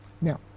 Now